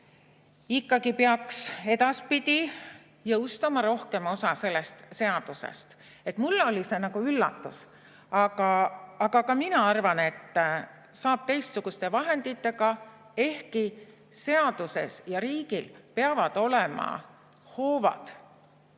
ikkagi peaks edaspidi jõustama rohkema osa sellest seadusest. Mulle oli see üllatus. Aga ka mina arvan, et saab teistsuguste vahenditega, ehkki seaduses ja riigil peavad olema hoovad